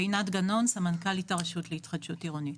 עינת גנון, סמנכ"לית הרשות להתחדשות עירונית.